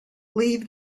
leave